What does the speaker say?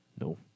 No